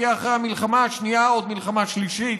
תהיה אחרי המלחמה השנייה עוד מלחמה שלישית,